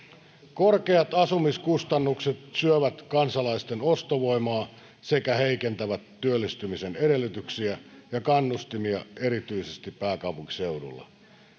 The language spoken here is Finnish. korkeat asumiskustannukset syövät kansalaisten ostovoimaa sekä heikentävät työllistymisen edellytyksiä ja kannustimia erityisesti pääkaupunkiseudulla